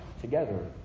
Together